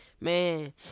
Man